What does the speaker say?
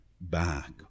back